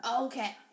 Okay